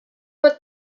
what